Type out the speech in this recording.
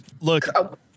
look